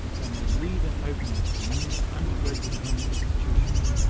they may leave an opening for new undergraduate-only institutions,